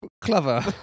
clever